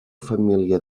família